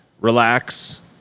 relax